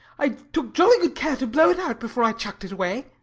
i took jolly good care to blow it out before i chucked it away.